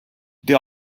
they